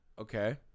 Okay